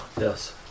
Yes